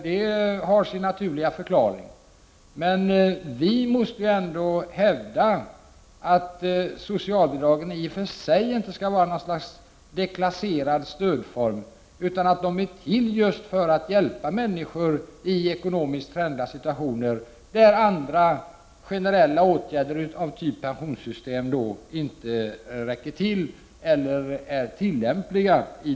Det har sin naturliga förklaring. Vi måste ändock hävda att socialbidraget i och för sig inte skall utgöra en slags deklasserad stödform, utan att det är till för att hjälpa människor i ekonomiskt trängda situationer där andra generella ågärder, typ pensioner, inte räcker till eller inte är tillämpliga.